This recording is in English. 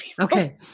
Okay